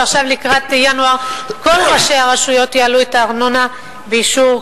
ועכשיו לקראת ינואר כל ראשי הרשויות יעלו את הארנונה באישור,